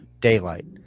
daylight